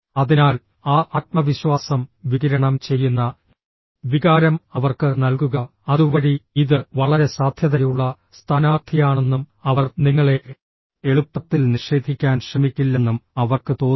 അതിനാൽ ആ ആത്മവിശ്വാസം വികിരണം ചെയ്യുന്ന വികാരം അവർക്ക് നൽകുക അതുവഴി ഇത് വളരെ സാധ്യതയുള്ള സ്ഥാനാർത്ഥിയാണെന്നും അവർ നിങ്ങളെ എളുപ്പത്തിൽ നിഷേധിക്കാൻ ശ്രമിക്കില്ലെന്നും അവർക്ക് തോന്നും